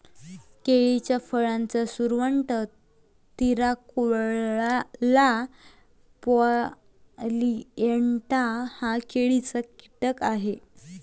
केळीच्या फळाचा सुरवंट, तिराकोला प्लॅजिएटा हा केळीचा कीटक आहे